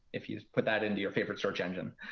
if you put that into your favorite search engine,